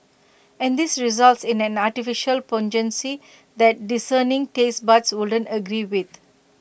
and this results in an artificial pungency that discerning taste buds wouldn't agree with